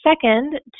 Second